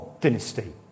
dynasty